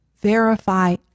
verify